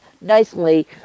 nicely